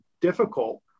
difficult